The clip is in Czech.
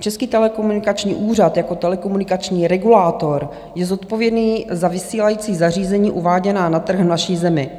Český telekomunikační úřad jako telekomunikační regulátor je zodpovědný za vysílající zařízení uváděná na trh v naší zemi.